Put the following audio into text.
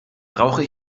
brauche